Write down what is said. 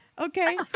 Okay